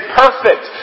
perfect